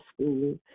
school